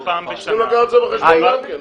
צריכים לקחת את זה בחשבון גם כן.